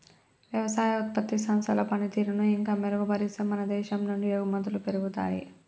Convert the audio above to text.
వ్యవసాయ ఉత్పత్తి సంస్థల పనితీరును ఇంకా మెరుగుపరిస్తే మన దేశం నుండి ఎగుమతులు పెరుగుతాయి